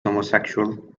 homosexual